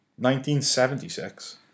1976